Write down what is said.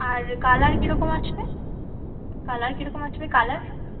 আর colour কীরকম আসবে colour কীরকম আসবে কালার